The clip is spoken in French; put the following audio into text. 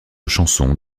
chansons